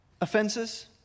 offenses